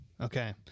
Okay